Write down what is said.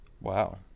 wow